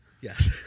Yes